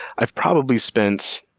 i've probably spent,